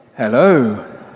Hello